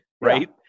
right